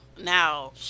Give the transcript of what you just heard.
Now